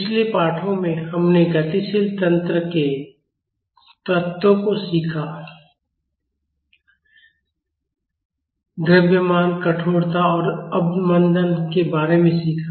पिछले पाठों में हमने गतिशील तंत्र के तत्वों को सीखा द्रव्यमान कठोरता और अवमंदन के बारे में सीखा